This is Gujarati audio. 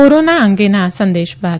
કોરોના અંગેના આ સંદેશ બાદ